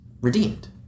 redeemed